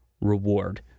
reward